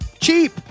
cheap